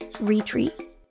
retreat